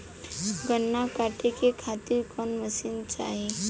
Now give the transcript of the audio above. गन्ना कांटेके खातीर कवन मशीन चाही?